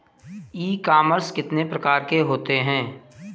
ई commerce कितने प्रकार के होते हैं?